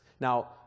Now